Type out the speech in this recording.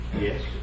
Yes